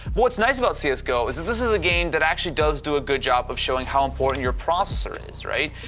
what's nice about cs go is this this is a game that actually does do a good job of showing how important your processor is, right,